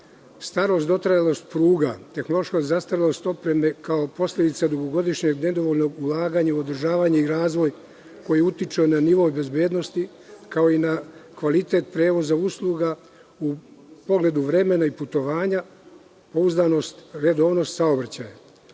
starost, dotrajalost pruga, tehnološka zastarelost opreme kao posledica dugogodišnjeg nedovoljnog ulaganja u održavanje i razvoj koji utiče na nivo bezbednosti, kao i na kvalitet prevoza usluga u pogledu vremena i putovanja, pouzdanost i redovnost saobraćaja. Od